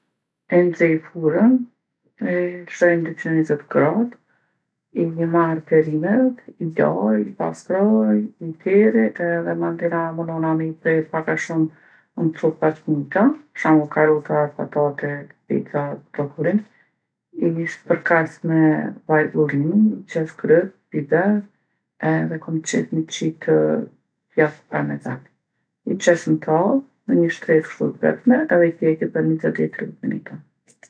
E nxej furrën, e lshoj n'dyqin e nizet gradë, i marr perimet, i laj, i pastroj i terri edhe manena munona mi pre pak a shumë n'copa t'njejta, për shembull karrotat, patatet, specat i spërkas me vaj ullini, i qes kryp, biber edhe kom qef mi qit djath parmezan. I qes n'tavë, në nji shtresë kstu t'vetme edhe i pjeki për nizet deri n'tridhet minuta.